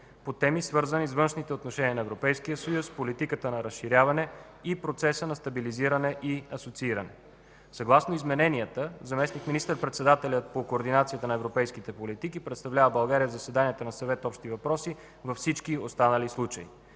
по теми, свързани с външните отношения на Европейския съюз, политиката на разширяване и процеса на стабилизиране и асоцииране. Съгласно измененията, заместник министър-председателят по координацията на европейските политики представлява България в заседанията на Съвет „Общи въпроси” във всички останали случаи.